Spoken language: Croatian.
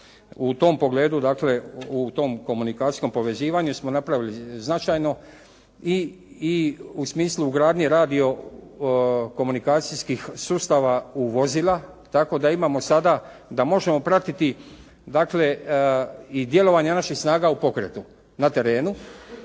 U tom pogledu, dakle, u tom komunikacijskom povezivanju smo napravili značajno i u smislu ugradnje radio-komunikacijskih sustava u vozila, tako da imamo sada da možemo pratiti dakle i djelovanje naših snaga u pokretu na terenu